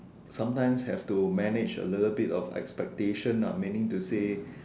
sometimes have to manage a little bit of expectations ah meaning to say